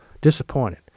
disappointed